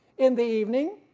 in the evening,